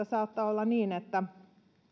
saattaa olla niin että